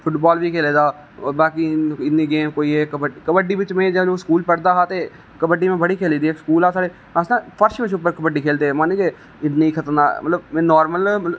football बी खेला दा बाकी इन्नी गेम कोई है नेईं कबड्डी बिच में उसलै स्कूल पढदा हा ते कबड्डी में बड़ी खेली दी ऐ स्कूल अ'ऊं अस फट बिच कबड्डी खेलदे है इन्नी खतरनाक मतलब नार्मल